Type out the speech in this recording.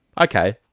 okay